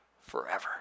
forever